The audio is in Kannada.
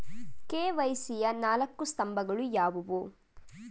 ಕೆ.ವೈ.ಸಿ ಯ ನಾಲ್ಕು ಸ್ತಂಭಗಳು ಯಾವುವು?